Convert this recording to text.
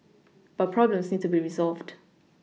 but problems need to be resolved